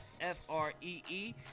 F-R-E-E